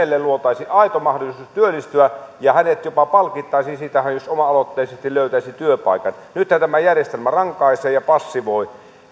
luotaisiin aito mahdollisuus työllistyä ja hänet jopa palkittaisiin siitä jos hän oma aloitteisesti löytäisi työpaikan nythän tämä järjestelmä rankaisee ja passivoi